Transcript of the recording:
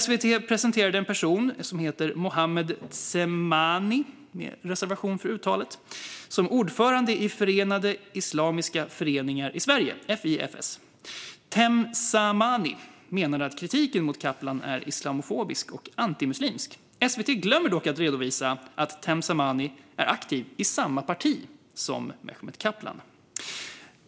SVT presenterade en person, Mohamed Temsamani, som ordförande i Förenade Islamiska Föreningar i Sverige, FIFS. Temsamani menade att kritiken mot Kaplan är islamofobisk och antimuslimsk. SVT glömmer dock att redovisa att Temsamani är aktiv i samma parti som Mehmet Kaplan.